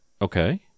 Okay